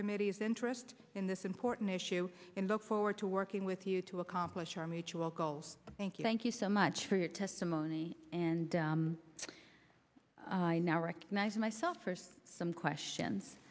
committee's interest in this important issue in look forward to working with you to accomplish our mutual goals thank you thank you so much for your testimony and i now recognize myself for some questions